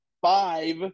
five